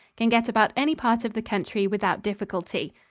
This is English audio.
can get about any part of the country without difficulty.